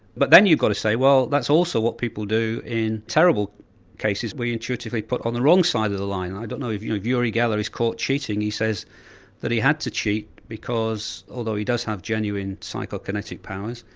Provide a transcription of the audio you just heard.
but then you've got to say, well, that's also what people do in terrible cases we intuitively put on the wrong side of the line. i don't know if uri geller is caught cheating, he says that he had to cheat because although he does have genuine psycho-kinetic powers,